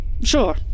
Sure